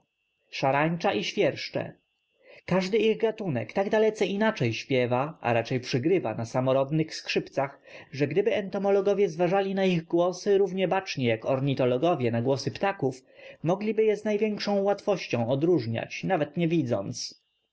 szarańcza i świerszcze każdy ich gatunek tak dalece inaczej śpiewa a raczej przygrywa na samorodnych skrzypcach że gdyby entomologowie zważali na ich ich głosy równie bacznie jak ornitologowie na głosy ptaków mogliby je z największą łatwością odróżniać nawet nie widząc